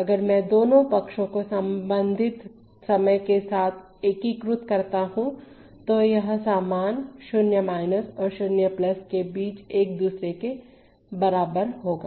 अगर मैं दोनों पक्षों को संबंधित समय के साथ एकीकृत करता हूं तो यह समान सीमा 0 और 0 के बीच एक दूसरे के बराबर होगा